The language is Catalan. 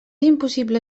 impossible